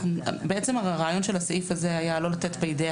בעצם הרעיון של הסעיף הזה היה לא לתת בידי